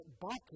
bucket